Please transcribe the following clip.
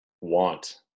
want